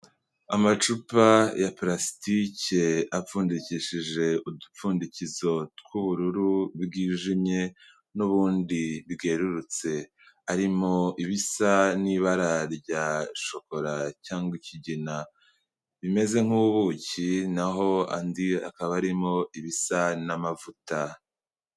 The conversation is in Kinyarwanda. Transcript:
Amacupa ya palasitike apfundikishije udupfundikizo tw'ubururu bwijimye n'ubundi bwerurutse, arimo ibisa nk'ibara rya shokora cyangwa ikigina bimeze nk'ubuki, naho andi akaba arimo ibisa n'amavuta.